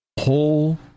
Whole